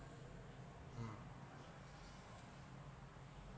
mm